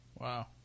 Wow